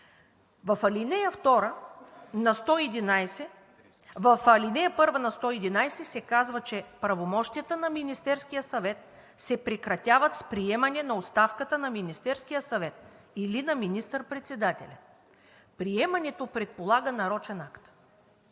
В ал. 1 на чл. 111 се казва, че правомощията на Министерския съвет се прекратяват с приемане на оставката на Министерския съвет или на министър-председателя. Приемането предполага нарочен акт,